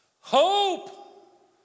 hope